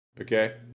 Okay